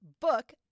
book